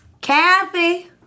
Kathy